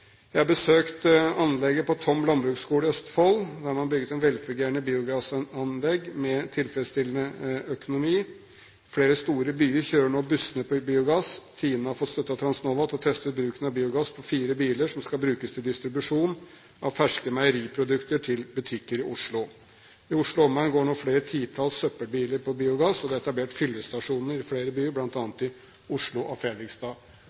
Jeg har besøkt anlegget på Tomb landbruksskole i Østfold. Der har man bygd et velfungerende biogassanlegg med tilfredsstillende økonomi. Flere store byer kjører nå bussene på biogass. TINE har fått støtte av Transnova til å teste ut bruken av biogass på fire biler som skal brukes til distribusjon av ferske meieriprodukter til butikker i Oslo. I Oslo og omegn går nå flere titalls søppelbiler på biogass, og det er etablert fyllestasjoner i flere byer, bl.a. i Oslo og i Fredrikstad.